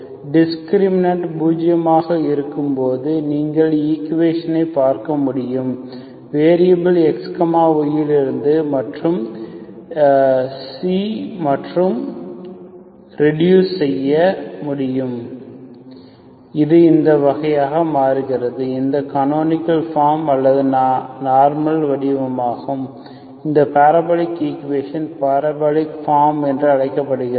discriminant பூஜ்ஜியமாக இருக்கும்போது நீங்கள் ஈக்குவேஷனை பார்க்க முடியும் வேரியபில் Xy இருந்து மற்றும் க்கு ரெடுஸ் செய்ய முடியும் மற்றும் அது இந்த வகை ஆகிறது இந்த கனோனிக்கள் ஃபார்ம் அல்லது நார்மல் வடிவமாகும் இந்த பாராபோலிக் ஈக்குவேஷன் பாரபோலிக் ஃபார்ம் என்று அழைக்கப்படுகிறது